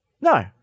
No